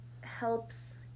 helps